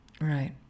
Right